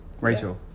Rachel